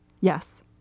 Yes